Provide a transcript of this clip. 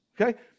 Okay